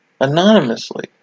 anonymously